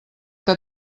que